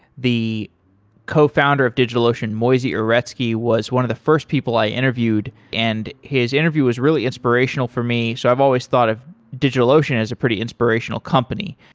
the cofounder of digitalocean, moisey uretsky, was one of the first people i interviewed and his interview is really inspirational for me, so i've always thought of digitalocean is a pretty inspirational company.